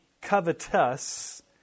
covetous